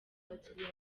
abakiriya